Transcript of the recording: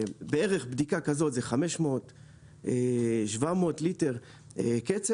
בדיקה כזאת היא בערך 700-500 ליטר קצף,